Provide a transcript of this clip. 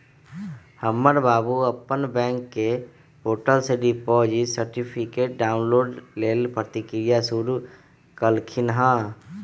हमर बाबू अप्पन बैंक पोर्टल से डिपॉजिट सर्टिफिकेट डाउनलोड लेल प्रक्रिया शुरु कलखिन्ह